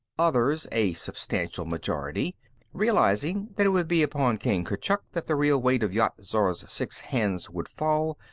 others a substantial majority realizing that it would be upon king kurchuk that the real weight of yat-zar's six hands would fall,